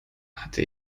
hatte